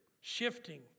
shifting